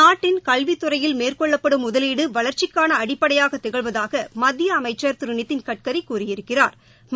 நாட்டின் கல்வித்துறையில் மேற்கொள்ளப்படும் முதலீடு வளர்ச்சிக்கான அடிப்படையாக திகழ்வதாக மத்திய அமைச்சா் திரு நிதின் கட்கரி கூறியிருக்கிறாா்